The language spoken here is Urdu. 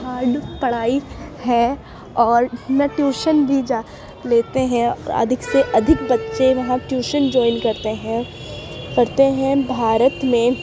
ہارڈ پڑھائی ہے اور میں ٹیوشن بھی جا لیتے ہیں ادھک سے ادھک بچے وہاں ٹیوشن جوائن کرتے ہیں کرتے ہیں بھارت میں